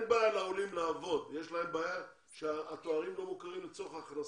בעיה לעבוד אלא יש להם בעיה שהתארים שלהם לא מוכרים לצורך הכנסה.